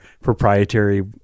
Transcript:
proprietary